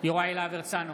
יוראי להב הרצנו,